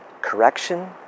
correction